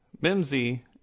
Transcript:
Mimsy